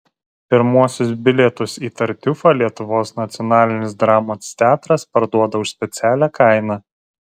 pirmuosius bilietus į tartiufą lietuvos nacionalinis dramos teatras parduoda už specialią kainą